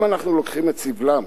אם אנחנו לוקחים את סבלם,